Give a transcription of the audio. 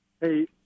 Hey